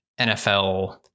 NFL